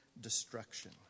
destruction